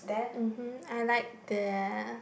mmhmm I like the